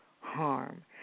harm